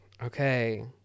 Okay